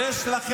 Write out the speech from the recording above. אף אחד.